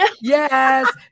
Yes